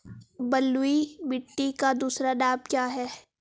बलुई मिट्टी का दूसरा नाम क्या है?